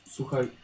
Słuchaj